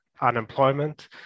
Unemployment